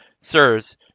Sirs